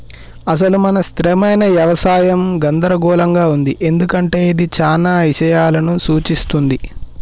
అసలు మన స్థిరమైన యవసాయం గందరగోళంగా ఉంది ఎందుకంటే ఇది చానా ఇషయాలను సూఛిస్తుంది